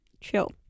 chill